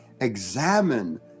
examine